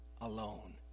alone